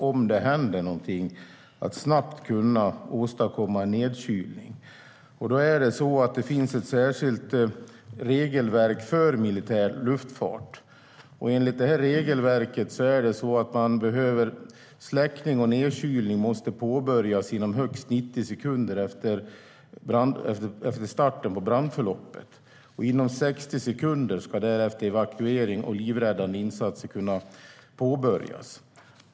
Om det händer någonting gäller det att snabbt åstadkomma en nedkylning. Det finns ett särskilt regelverk för militär luftfart. Enligt detta regelverk måste släckning och nedkylning påbörjas inom högst 90 sekunder efter att brandförloppet har startat. Inom 60 sekunder därefter ska evakuering och livräddande insatser kunna påbörjas.